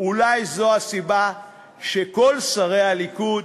שהם הסובלים העיקריים,